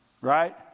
Right